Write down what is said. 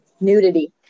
nudity